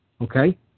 okay